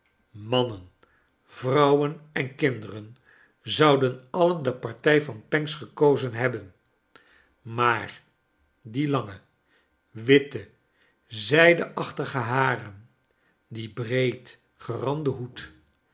mannen vrouwen en kinderen zou den alien de partij van pancks gekozen hebben maar die lange witte zijdeachtige haren die breedgerande hoed